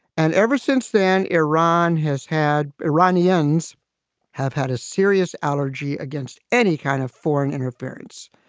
and ever since then, iran has had iranians have had a serious allergy against any kind of foreign interference.